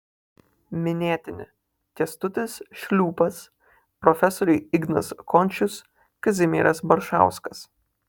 minėtini kęstutis šliūpas profesoriai ignas končius kazimieras baršauskas